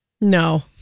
No